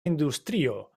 industrio